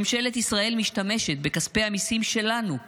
ממשלת ישראל משתמשת בכספי המיסים שלנו כבשלה,